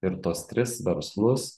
ir tuos tris verslus